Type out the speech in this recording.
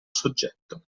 soggetto